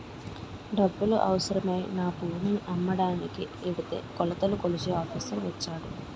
డబ్బులు అవసరమై నా భూమిని అమ్మకానికి ఎడితే కొలతలు కొలిచే ఆఫీసర్ వచ్చాడు